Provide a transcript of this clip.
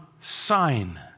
sign